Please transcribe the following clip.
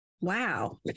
wow